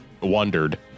Wondered